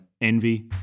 envy